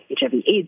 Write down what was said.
HIV/AIDS